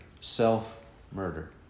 self-murder